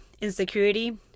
insecurity